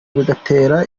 bigatera